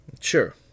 sure